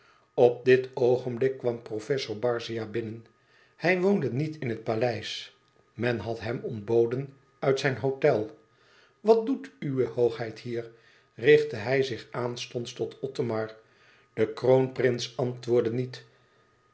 op dit oogenblik kwam professor barzia binnen hij woonde niet in het paleis men had hem ontboden uit zijn hôtel wat doet uwe hoogheid hier richtte hij zich aanstonds tot othomar de kroonprins antwoordde niet